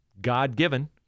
God-given